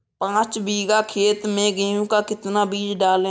पाँच बीघा खेत में गेहूँ का कितना बीज डालें?